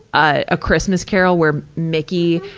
ah a christmas carol, where mickey,